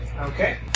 Okay